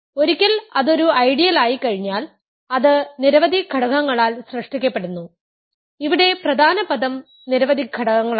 ഒരിക്കൽ അത് ഒരു ഐഡിയലായിക്കഴിഞ്ഞാൽ അത് നിരവധി ഘടകങ്ങളാൽ സൃഷ്ടിക്കപ്പെടുന്നു ഇവിടെ പ്രധാന പദം നിരവധി ഘടകങ്ങളാണ്